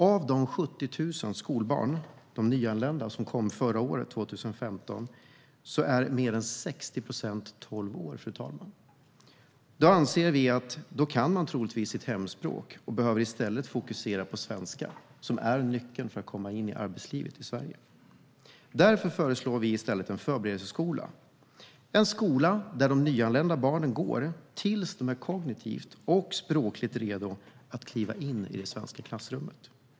Av de 70 000 nyanlända skolbarn som kom 2015 är mer än 60 procent tolv år. Troligen kan de sitt hemspråk och behöver i stället fokusera på svenska, som är nyckeln för att komma in i arbetslivet i Sverige. Därför föreslår vi i stället en förberedelseskola - en skola där de nyanlända barnen går tills de är kognitivt och språkligt redo att kliva in i det svenska klassrummet.